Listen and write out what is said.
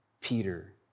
Peter